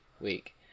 week